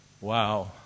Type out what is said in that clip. Wow